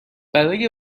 برای